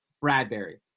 Bradbury